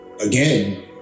again